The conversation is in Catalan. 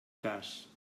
cas